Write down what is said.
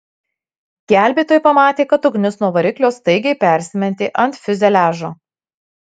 gelbėtojai pamatė kad ugnis nuo variklio staigiai persimetė ant fiuzeliažo